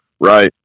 Right